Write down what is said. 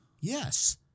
Yes